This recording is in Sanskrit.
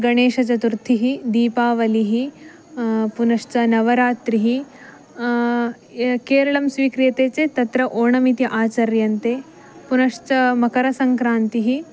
गणेशचतुर्थी दीपावलिः पुनश्च नवरात्रिः या केरळं स्वीक्रियते चेत् तत्र ओणमिति आचर्यन्ते पुनश्च मकरसङ्क्रान्तिः